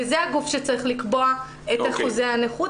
וזה הגוף שצריך לקבוע את אחוזי הנכות